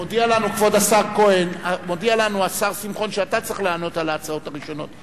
מודיע לנו השר שמחון שאתה צריך לענות על ההצעות הראשונות,